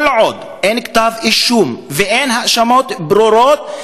כל עוד אין כתב-אישום ואין האשמות ברורות,